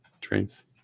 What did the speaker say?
Trains